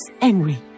angry